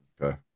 Okay